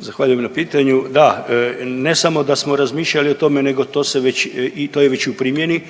Zahvaljujem na pitanju. Da, ne samo da smo razmišljali o tome nego to se već i to je već u primjeni